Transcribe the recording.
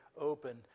open